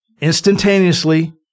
Instantaneously